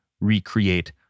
recreate